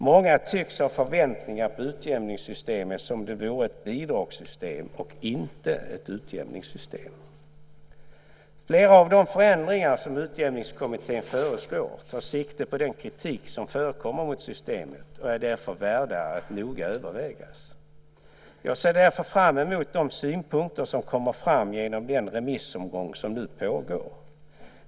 Många tycks ha förväntningar på utjämningssystemet som om det vore ett bidragssystem och inte ett utjämningssystem. Flera av de förändringar som Utjämningskommittén föreslår tar sikte på den kritik som förekommer mot systemet och är därför värda att noga övervägas. Jag ser därför fram emot de synpunkter som kommer fram genom den remissomgång som nu pågår.